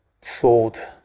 sold